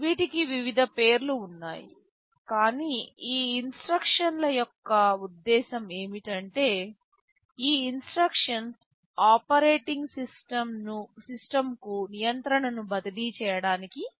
వీటికి వివిధ పేర్లు ఉన్నాయి కానీ ఈ ఇన్స్ట్రక్షన్స్ ల యొక్క ఉద్దేశ్యం ఏమిటంటే ఈ ఇన్స్ట్రక్షన్స్ ఆపరేటింగ్ సిస్టమ్కు నియంత్రణను బదిలీ చేయడానికి అనుమతిస్తాయి